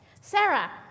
sarah